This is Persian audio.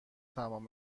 تمام